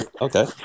okay